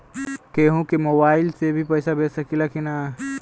केहू के मोवाईल से भी पैसा भेज सकीला की ना?